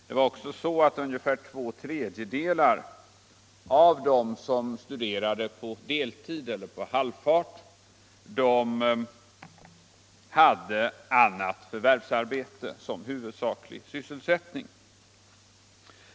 Det är också så att ungefär två tredjedelar av dem som studerar på deltid eller på halvfart har förvärvsarbete som huvudsaklig sysselsättning.